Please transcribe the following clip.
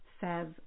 says